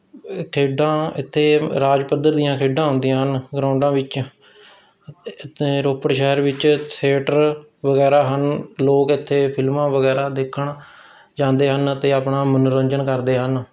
ਅ ਖੇਡਾਂ ਇੱਥੇ ਰਾਜ ਪੱਧਰ ਦੀਆਂ ਖੇਡਾਂ ਹੁੰਦੀਆਂ ਹਨ ਗਰਾਊਂਡਾਂ ਵਿੱਚ ਅ ਅਤੇ ਰੋਪੜ ਸ਼ਹਿਰ ਵਿੱਚ ਥੀਏਟਰ ਵਗੈਰਾ ਹਨ ਲੋਕ ਇੱਥੇ ਫਿਲਮਾਂ ਵਗੈਰਾ ਦੇਖਣ ਜਾਂਦੇ ਹਨ ਅਤੇ ਆਪਣਾ ਮਨੋਰੰਜਨ ਕਰਦੇ ਹਨ